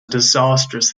disastrous